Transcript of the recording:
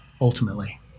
ultimately